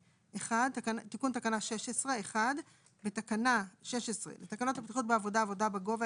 תיקון תקנה 16 1. בתקנה 16 לתקנות הבטיחות בעבודה (עבודה בגובה),